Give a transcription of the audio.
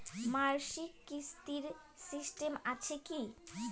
মাসিক কিস্তির সিস্টেম আছে কি?